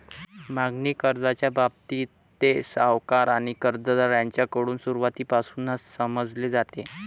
मागणी कर्जाच्या बाबतीत, ते सावकार आणि कर्जदार यांच्याकडून सुरुवातीपासूनच समजले जाते